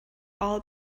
all